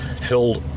held